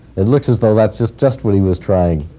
it looks as though that's just just what he was trying.